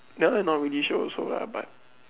that one not really sure also lah but